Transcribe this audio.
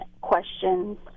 questions